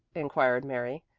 inquired mary.